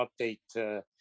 update